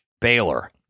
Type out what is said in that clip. Baylor